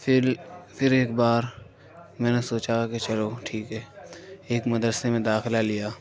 پھر پھر ایک بار میں نے سوچا کہ چلو ٹھیک ہے ایک مدرسے میں داخلہ لیا